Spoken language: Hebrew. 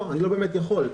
אני לא באמת יכול.